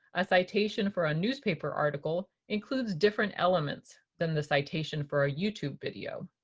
a citation for a newspaper article includes different elements than the citation for a youtube video.